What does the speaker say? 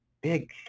big